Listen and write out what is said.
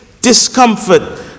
discomfort